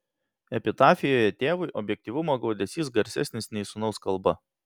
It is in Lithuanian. epitafijoje tėvui objektyvumo gaudesys garsesnis nei sūnaus kalba